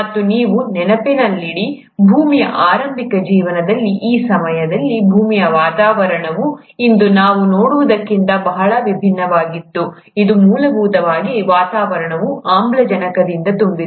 ಮತ್ತು ನೀವು ನೆನಪಿನಲ್ಲಿಡಿ ಭೂಮಿಯ ಆರಂಭಿಕ ಜೀವನದಲ್ಲಿ ಆ ಸಮಯದಲ್ಲಿ ಭೂಮಿಯ ವಾತಾವರಣವು ಇಂದು ನಾವು ನೋಡುವುದಕ್ಕಿಂತ ಬಹಳ ಭಿನ್ನವಾಗಿತ್ತು ಇದು ಮೂಲಭೂತವಾಗಿ ವಾತಾವರಣವು ಆಮ್ಲಜನಕದಿಂದ ತುಂಬಿದೆ